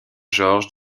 georges